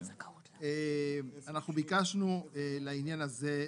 אנחנו ביקשנו לעניין הזה,